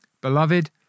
Beloved